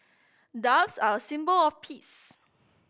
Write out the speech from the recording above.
doves are a symbol of peace